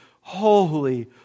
holy